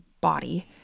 body